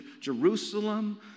Jerusalem